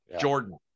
Jordan